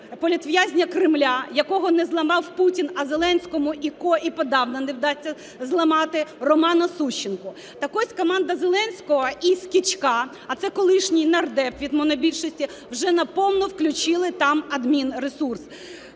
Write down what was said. політв'язня Кремля, якого не зламав Путін, а Зеленському і Ко подавно не вдасться зламати Романа Сущенка. Так ось команда Зеленського і Скічка, а це колишній нардеп від монобільшості, вже на повну включили там адмінресурс.